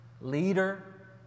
leader